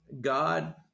God